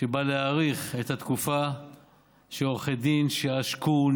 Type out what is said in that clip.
שבא להאריך את התקופה שבה עורכי דין שעשקו,